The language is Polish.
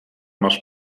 masz